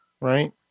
right